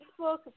Facebook